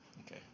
okay